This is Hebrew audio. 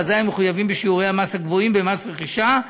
ועל זה הם מחויבים בשיעורי המס הגבוהים במס רכישה,